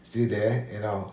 still there you know